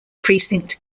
precinct